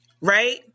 Right